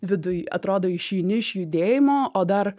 viduj atrodo išeini iš judėjimo o dar